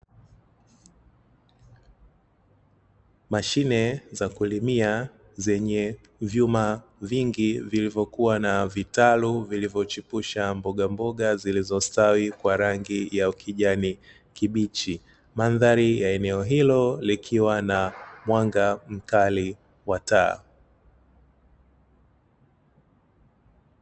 Mashine za kulima zenye vyuma vingi vilivyokuwa na Vitalu vilivyo chipusha mboga mboga zilizostawi kwa rangi ya ukijani kibichi. Mandhari ya eneo hilo kukiwa na mwanga mkali wa taa.